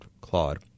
Claude